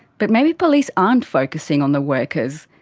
but maybe police aren't focusing on the workers.